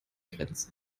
grenze